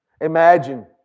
Imagine